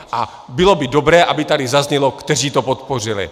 A bylo by dobré, aby tady zaznělo, kteří to podpořili.